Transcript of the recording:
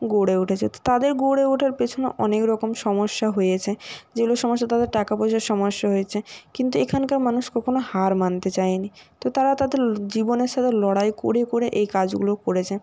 গড়ে উঠেছে তো তাদের গড়ে ওঠার পেছনে অনেক রকম সমস্যা হয়েছে যেগুলোর সমস্যা তাদের টাকাপয়সার সমস্যা হয়েছে কিন্তু এখানকার মানুষ কখনও হার মানতে চায়নি তো তারা তাদের জীবনের সাথে লড়াই করে করে এই কাজগুলো করেছে